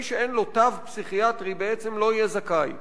מי שאין לו תו פסיכיאטרי בעצם לא יהיה זכאי.